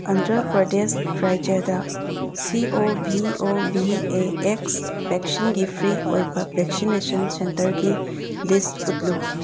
ꯑꯟꯗ꯭ꯔ ꯄ꯭ꯔꯗꯦꯁ ꯔꯥꯖ꯭ꯌꯥꯗ ꯁꯤ ꯑꯣ ꯚꯤ ꯑꯣ ꯚꯤ ꯑꯦ ꯑꯦꯛꯁ ꯚꯦꯛꯁꯤꯟꯒꯤ ꯐ꯭ꯔꯤ ꯑꯣꯏꯕ ꯚꯦꯛꯁꯤꯅꯦꯁꯟ ꯁꯦꯟꯇꯔꯒꯤ ꯂꯤꯁ ꯎꯠꯂꯨ